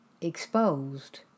exposed